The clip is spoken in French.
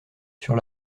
sur